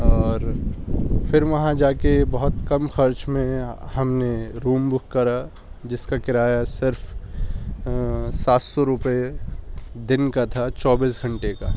اور پھر وہاں جا کے بہت کم خرچ میں ہم نے روم بک کرا جس کا کرایہ صرف سات سو روپے دن کا تھا چوبیس گھنٹے کا